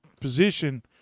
position